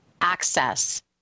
access